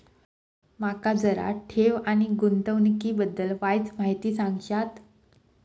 माका जरा ठेव आणि गुंतवणूकी बद्दल वायचं माहिती सांगशात?